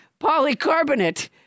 polycarbonate